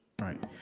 Right